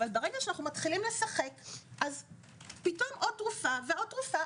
אבל ברגע שאנחנו מתחילים לשחר - עוד תרופה ועוד תרופה,